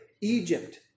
Egypt